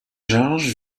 georges